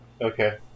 Okay